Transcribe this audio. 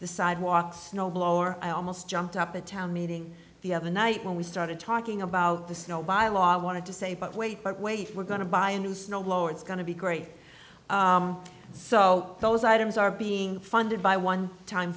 the sidewalks snowblower i almost jumped up a town meeting the other night when we started talking about the snow bylaw i wanted to say but wait but wait we're going to buy a new snowblower it's going to be great so those items are being funded by one time